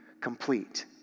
complete